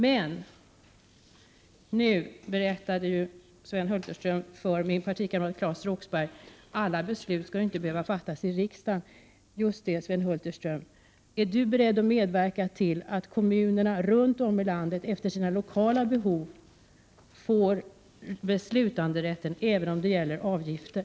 Men Sven Hulterström berättade ju nu för min partikamrat Claes Roxbergh att alla beslut inte skall behöva fattas i riksdagen. Just det, Sven Hulterström! Är Sven Hulterström beredd att medverka till att kommunerna runt om i landet allt efter sina lokala behov får beslutanderätt även när det gäller avgifter?